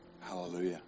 Hallelujah